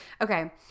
Okay